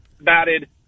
batted